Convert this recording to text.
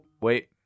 wait